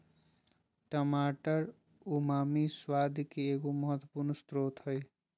टमाटर उमामी स्वाद के एगो महत्वपूर्ण स्रोत हइ